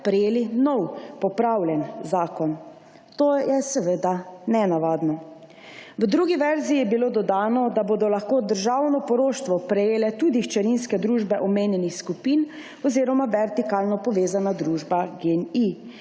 prejeli nov, popravljeni zakon. To je seveda nenavadno. V drugi verziji je bilo dodano, da bodo lahko državno poroštvo prejele tudi hčerinske družbe omenjenih skupin oziroma vertikalno povezana družba Gen-I,